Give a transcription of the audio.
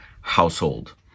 household